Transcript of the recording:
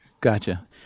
Gotcha